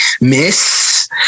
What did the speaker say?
miss